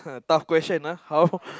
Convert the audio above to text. tough question uh how